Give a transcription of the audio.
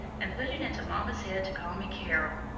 and put it into mama's head to call me carol.